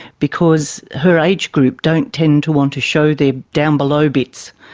because her age-group don't tend to want to show their down-below bits.